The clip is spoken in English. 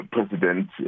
President